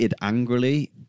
angrily